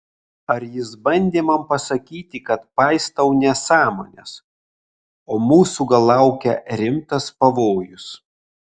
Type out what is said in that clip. ar jis bandė man pasakyti kad paistau nesąmones o mūsų gal laukia rimtas pavojus